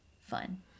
fun